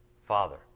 Father